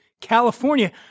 California